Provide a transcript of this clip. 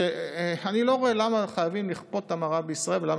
שאני לא רואה למה חייבים לכפות המרה בישראל ולמה